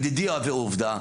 בדידי הווה עבדא,